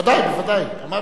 ודאי, אמרתי.